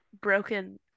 broken